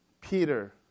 Peter